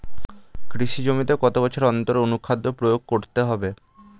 কৃষি জমিতে কত বছর অন্তর অনুখাদ্য প্রয়োগ করতে হবে?